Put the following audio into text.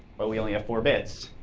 but we only have four bits.